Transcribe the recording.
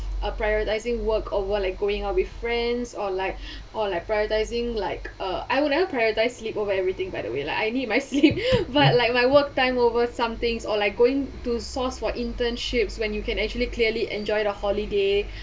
uh prioritizing work or while I going out with friends or like or like prioritizing like uh I would never prioritize sleep over everything by the way lah I need my sleep but like my work time over some things or like going to source for internships when you can actually clearly enjoyed the holiday